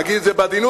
נגיד את זה בעדינות,